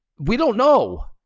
we don't know.